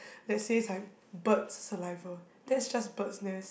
that says I'm bird's saliva that's just bird's nest